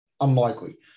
unlikely